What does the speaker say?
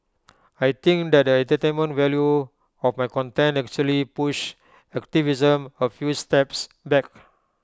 I think that the entertainment value of my content actually pushed activism A few steps back